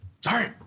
Sorry